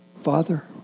Father